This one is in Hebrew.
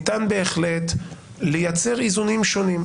ניתן בהחלט לייצר איזונים שונים,